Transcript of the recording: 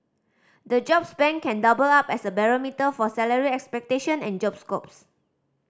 the jobs bank can double up as a barometer for salary expectation and job scopes